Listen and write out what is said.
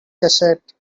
cassette